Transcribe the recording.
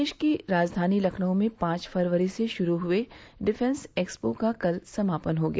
प्रदेश की राजधानी लखनऊ में पांच फरवरी से गुरू हुए डिफेंस एक्सपो का कल समापन हो गया